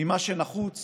ממה שנחוץ